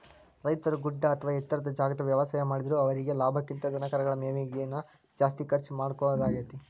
ರೈತರು ಗುಡ್ಡ ಅತ್ವಾ ಎತ್ತರದ ಜಾಗಾದಾಗ ವ್ಯವಸಾಯ ಮಾಡಿದ್ರು ಅವರೇಗೆ ಲಾಭಕ್ಕಿಂತ ಧನಕರಗಳ ಮೇವಿಗೆ ನ ಜಾಸ್ತಿ ಖರ್ಚ್ ಮಾಡೋದಾಕ್ಕೆತಿ